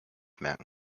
merken